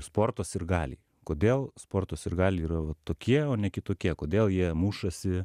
sporto sirgaliai kodėl sporto sirgaliai yra va tokie o ne kitokie kodėl jie mušasi